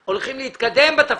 לא פספסנו.